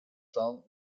staan